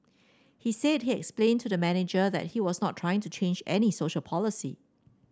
he said he explained to the manager that he was not trying to change any social policy